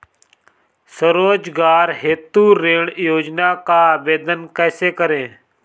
स्वरोजगार हेतु ऋण योजना का आवेदन कैसे करें?